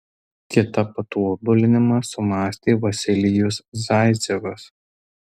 kitą patobulinimą sumąstė vasilijus zaicevas